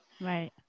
right